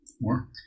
More